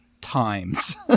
times